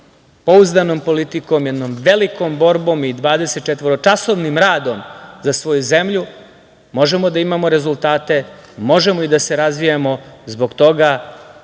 pouzdanom politikom, jednom velikom borbom i dvadesetčetvoročasovnim radom za svoju zemlju, možemo da imamo rezultate, možemo da se razvijamo. Zbog toga